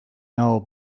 know